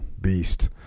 Beast